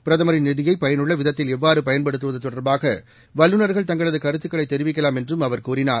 பிரதமரின் நிதியை பயனுள்ள விதத்தில் எவ்வாறு பயன்படுத்துவது தொடர்பாக வல்லுநர்கள் தங்களது கருத்துக்களை தெரிவிக்கலாம் என்றும் அவர் கூறினார்